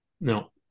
No